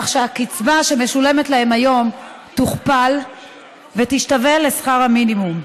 כך שהקצבה שמשולמת להם היום תוכפל ותשתווה לשכר המינימום,